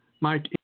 Mike